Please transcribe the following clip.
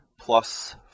plus